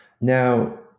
Now